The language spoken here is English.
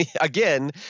again